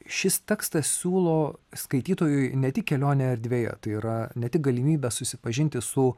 šis tekstas siūlo skaitytojui ne tik kelionę erdvėje tai yra ne tik galimybę susipažinti su